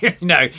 No